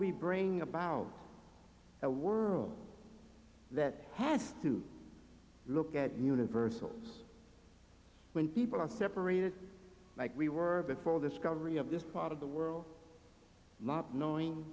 we bring about a world that has to look at me universals when people are separated like we were before this coverage of this part of the world not knowing